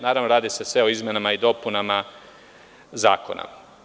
Naravno, radi se sve o izmenama i dopunama zakona.